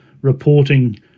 reporting